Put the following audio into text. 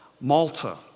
Malta